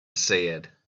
said